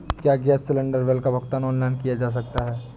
क्या gas cylinder bill का भुगतान ऑनलाइन किया जा सकता है?